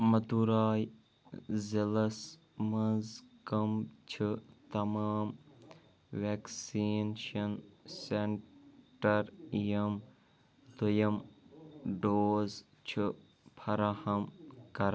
مدوٗراے ضِلعس مَنٛز کم چھِ تمام وٮ۪کسیٖنشن سینٹر یِم دوٚیِم ڈوز چھِ فراہم کرا